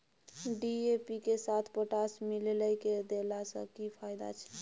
DAP के साथ potash मिललय के देला स की फायदा छैय?